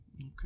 okay